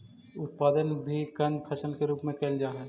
उत्पादन भी कंद फसल के रूप में कैल जा हइ